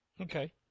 Okay